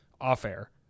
off-air